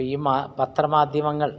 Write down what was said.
ഈ പത്ര മാധ്യമങ്ങൾ